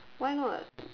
why not